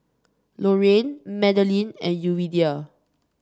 Lorayne Madalyn and Yuridia